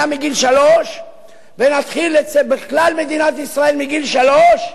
מגיל שלוש ונחיל את זה בכלל מדינת ישראל מגיל שלוש,